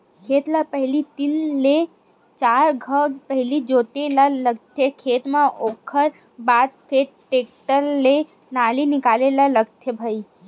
खेत ल पहिली तीन ले चार घांव पहिली जोते ल लगथे खेत ल ओखर बाद फेर टेक्टर ले नाली निकाले ल लगथे भई